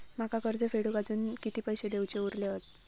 माका कर्ज फेडूक आजुन किती पैशे देऊचे उरले हत?